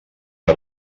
per